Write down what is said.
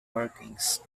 workings